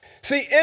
See